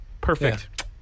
perfect